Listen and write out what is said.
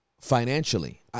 Financially